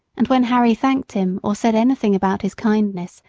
and when harry thanked him or said anything about his kindness,